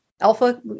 alpha